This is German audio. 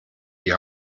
die